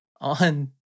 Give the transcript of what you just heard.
on